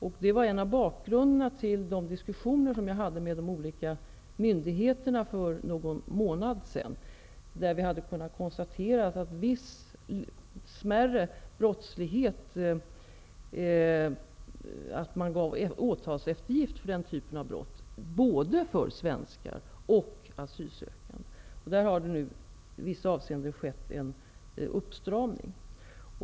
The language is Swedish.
Detta var en av bakgrunderna till de diskussioner som jag för någon månad sedan förde med företrädare för de olika myndigheterna. Vi konstaterade då att det var brukligt med åtalseftergift vid viss typ av smärre brottslighet, både när det gäller svenskar och i fråga om asylsökande. Där har det nu i vissa avseenden skett en uppstramning.